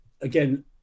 Again